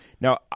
Now